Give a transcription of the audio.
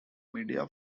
media